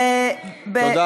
אתם מדברים שטויות,